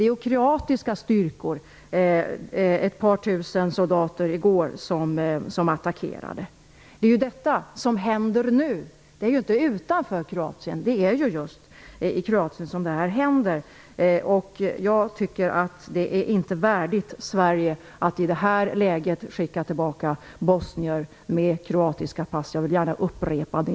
Det var kroatiska styrkor - ett par tusen soldater - som attackerade i går. Det som händer nu sker inte utanför Kroatien. Det händer just i Kroatien. Det är inte värdigt Sverige att i det här läget skicka tillbaka bosnier med kroatiska pass. Jag vill gärna upprepa det.